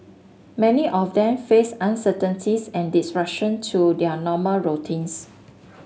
many of them faced uncertainties and disruption to their normal routines